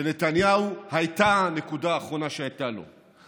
לנתניהו הייתה הנקודה האחרונה שהייתה לו.